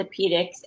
orthopedics